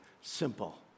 simple